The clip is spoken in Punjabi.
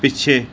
ਪਿੱਛੇ